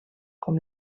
com